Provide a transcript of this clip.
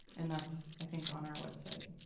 and that's, i think, on our website.